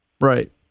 Right